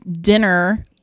dinner